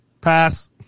Pass